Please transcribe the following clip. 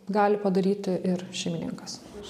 gali padaryti ir šeimininkas